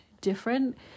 different